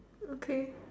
okay